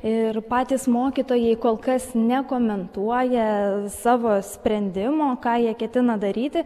ir patys mokytojai kol kas nekomentuoja savo sprendimo ką jie ketina daryti